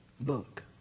book